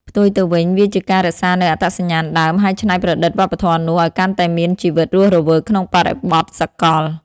ផ្ទុយទៅវិញ វាជាការរក្សានូវអត្តសញ្ញាណដើម ហើយច្នៃប្រឌិតវប្បធម៌នោះឱ្យកាន់តែមានជីវិតរស់រវើកក្នុងបរិបទសកល។